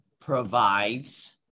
provides